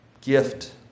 gift